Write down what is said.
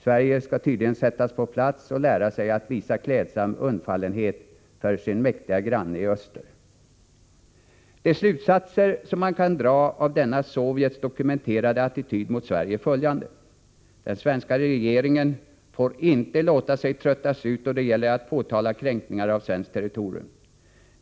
Sverige skall tydligen sättas på plats och lära sig att visa klädsam undfallenhet inför sin mäktiga granne i öster. Nedrustning De slutsatser man kan dra av denna Sovjets dokumenterade attityd mot Sverige är följande. Den svenska regeringen får inte låta sig tröttas ut då det gäller att påtala kränkningar av svenskt territorium.